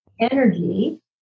energy